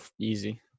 easy